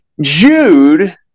Jude